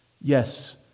Yes